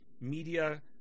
media